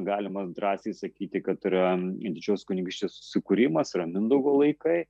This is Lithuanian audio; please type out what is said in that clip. galima drąsiai sakyti kad yra didžiosios kunigaikštystės susikūrimas yra mindaugo laikai